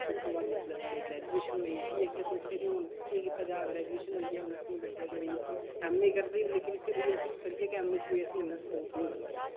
उत्थैं दे बाद जिसलै साढ़ी ग्रैजुएशन होई फ्ही अग्गें सोचेआ कि हून केह् कीता जा ग्रैजुएशन होई गेई ऐ हून असेंगी लग्गेआ कि भई एम ए करदे लेकिन फिर बी असेंगी लग्गेआ कि एम ए च कोई असेंगी इन्ना स्कोप नेईं लब्भै दा ऐ